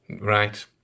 right